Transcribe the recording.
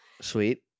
Sweet